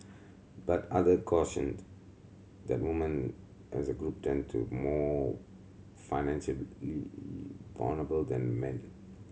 but others cautioned that women as a group tend to more financially vulnerable than men